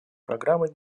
программы